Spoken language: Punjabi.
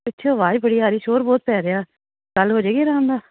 ਪਿੱਛੋਂ ਆਵਾਜ਼ ਬੜੀ ਆ ਰਹੀ ਸ਼ੋਰ ਬਹੁਤ ਪੈ ਰਿਹਾ ਗੱਲ ਹੋ ਜਾਏਗੀ ਆਰਾਮ ਨਾਲ